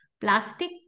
plastic